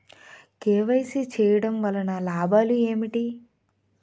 KYC చేయటం వలన లాభాలు ఏమిటి?